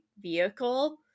vehicle